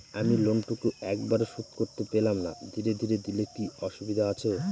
আমি লোনটুকু একবারে শোধ করতে পেলাম না ধীরে ধীরে দিলে কি অসুবিধে আছে?